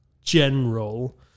general